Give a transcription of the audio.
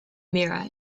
meera